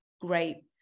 great